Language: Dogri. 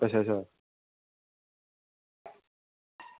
अच्छा अच्छा